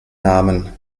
namen